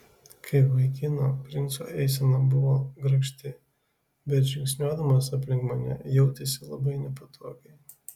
kaip vaikino princo eisena buvo grakšti bet žingsniuodamas aplink mane jautėsi labai nepatogiai